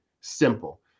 simple